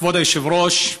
כבוד היושב-ראש,